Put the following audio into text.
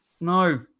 no